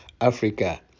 Africa